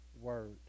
word